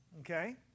Okay